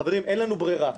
חברים, אין לנו ברירה,